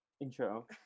intro